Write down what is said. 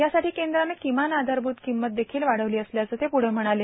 यासाठी केंद्रानं किमान आधारभूत किंमत देखील वाढवली असल्याचं ते प्रढं म्हणाले